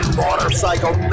motorcycle